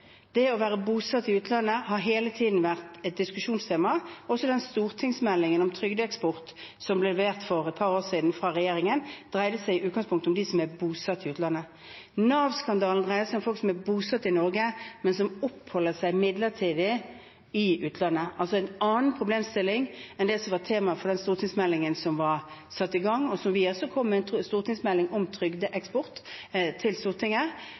har hele tiden vært et diskusjonstema. Også den stortingsmeldingen om trygdeeksport som ble levert for et par år siden fra regjeringen, dreide seg i utgangspunktet om dem som er bosatt i utlandet. Nav-skandalen dreier seg om folk som er bosatt i Norge, men som oppholder seg midlertidig i utlandet, altså en annen problemstilling enn det som var tema for den stortingsmeldingen som var satt i gang. Vi kom med en stortingsmelding om trygdeeksport til Stortinget.